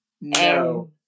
No